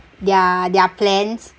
their their plans